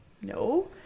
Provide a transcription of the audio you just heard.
no